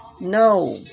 No